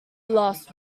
last